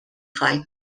خواهیم